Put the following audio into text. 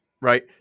Right